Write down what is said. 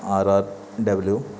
R R W